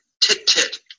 tit-tit